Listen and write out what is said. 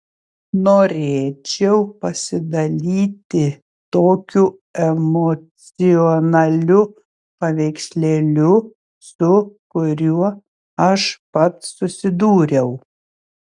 norėčiau pasidalyti tokiu emocionaliu paveikslėliu su kuriuo aš pats susidūriau